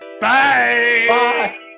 Bye